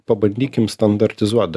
pabandykim standartizuot